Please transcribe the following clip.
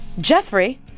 Jeffrey